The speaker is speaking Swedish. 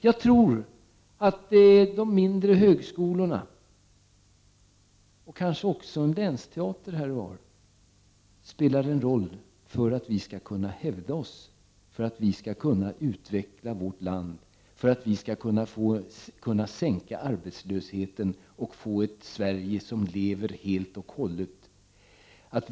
Jag tror att de mindre högskolorna och kanske någon länsteater här och var spelar en roll för att vi skall kunna hävda oss, utveckla vårt land, sänka arbetslösheten och skapa ett Sverige som lever helt och fullt.